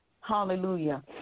Hallelujah